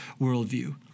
worldview